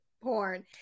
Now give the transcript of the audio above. porn